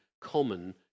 common